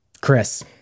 Chris